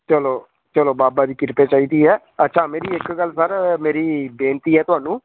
ਚਲੋ ਚਲੋ ਬਾਬਾ ਦੀ ਕਿਰਪਾ ਚਾਹੀਦੀ ਹੈ ਅੱਛਾ ਮੇਰੀ ਇੱਕ ਗੱਲ ਸਰ ਮੇਰੀ ਬੇਨਤੀ ਹੈ ਤੁਹਾਨੂੰ